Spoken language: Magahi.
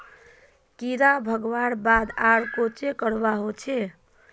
कीड़ा भगवार बाद आर कोहचे करवा होचए?